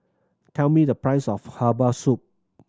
tell me the price of herbal soup